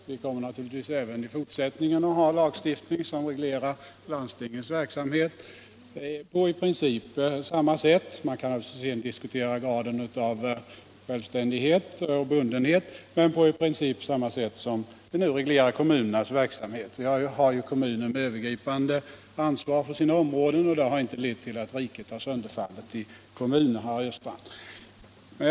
Även i fortsättningen skall det givetvis finnas en lagstiftning, som reglerar deras verksamhet i princip på samma sätt — man kan naturligtvis diskutera graden av självständighet och bundenhet — som vi nu reglerar kom munernas verksamhet. Kommunerna har ett övergripande ansvar för vissa områden, men detta har, herr Östrand, inte lett till att riket sönderfallit i kommuner.